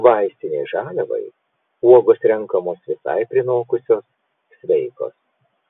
vaistinei žaliavai uogos renkamos visai prinokusios sveikos